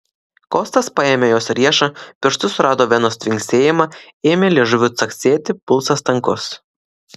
kostas paėmė jos riešą pirštu surado venos tvinksėjimą ėmė liežuviu caksėti pulsas tankus